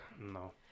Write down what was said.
no